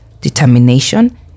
determination